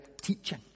teaching